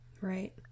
right